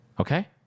Okay